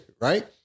Right